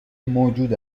موجود